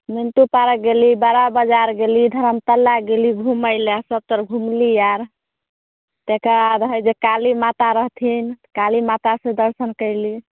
Mintu park गेली बड़ा बजार गेली धर्मतल्ला गेली घुमय लए सबतर घुमली आर तकरा बाद है जे काली माता रहथिन काली माता के दर्शन कयली